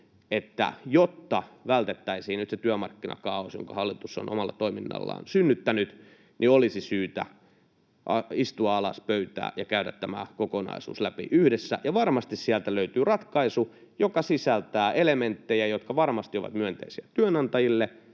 että jotta vältettäisiin nyt se työmarkkinakaaos, jonka hallitus on omalla toiminnallaan synnyttänyt, niin olisi syytä istua alas pöytään ja käydä tämä kokonaisuus läpi yhdessä. Varmasti sieltä löytyy ratkaisu, joka sisältää elementtejä, jotka varmasti ovat myönteisiä työnantajille,